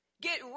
get